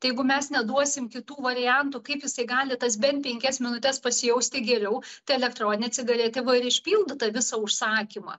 tai jeigu mes neduosim kitų variantų kaip jisai gali tas bent penkias minutes pasijausti geriau tai elektroninė cigaretė va ir išpildo tą visą užsakymą